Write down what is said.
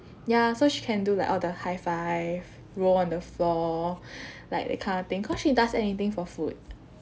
ya so she can do like all the high five roll on the floor like that kind of thing cause she does anything for food